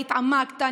התעמקת,